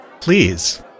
Please